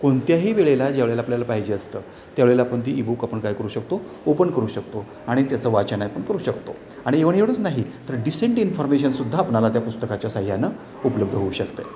कोणत्याही वेळेला ज्या वेळेला आपल्याला पाहिजे असतं त्यावेळेला आपण ती ई बुक आपण काय करू शकतो ओपण करू शकतो आणि त्याचं वाचन आपण करू शकतो आणि इव्हन एवढंच नाही तर डिसेंट इन्फॉर्मेशनसुद्धा आपणाला त्या पुस्तकाच्या साहाय्याने उपलब्ध होऊ शकते